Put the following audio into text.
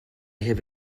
have